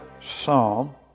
psalm